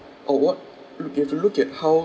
or what look you have to look at how